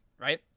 right